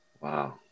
Wow